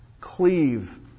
Cleave